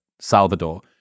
Salvador